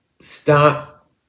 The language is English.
stop